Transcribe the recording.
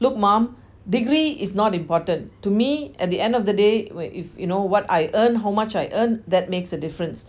look mum degree is not important to me at the end of the day where is you know what I earn how much I earn that makes a difference